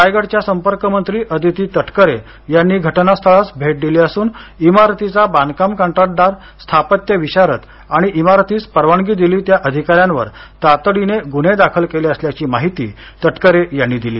रायगडच्या संपर्कमंत्री अदिती तटकरे यांनी घटनास्थळास भेट दिली असून इमारतीचा बांधकाम कंत्राटदार स्थापत्य विशारद आणि इमारतीस परवानगी दिली त्या अधिकाऱ्यांवर तातडीने गुन्हे दाखल केले असल्याची माहिती तटकरे यांनी दिली